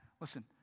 listen